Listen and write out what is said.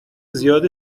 زیاد